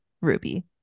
Ruby